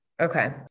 Okay